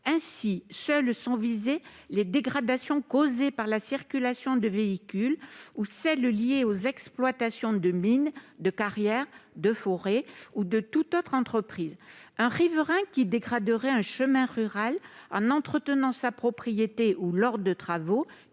Ainsi, seules sont visées les dégradations causées par la circulation de véhicules, ou celles liées aux exploitations de mines, de carrières, de forêts ou de toute autre entreprise. Un riverain qui dégraderait un chemin rural en entretenant sa propriété ou lors de travaux